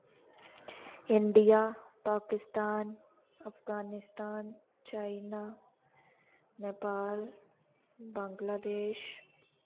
India Pakistan Afghanistan China Nepal Bangladesh